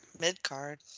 mid-card